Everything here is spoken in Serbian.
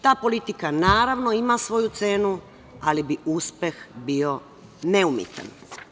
Ta politika, naravno, ima svoju cenu, ali bi uspeh bio neumitan.